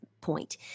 point